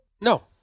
no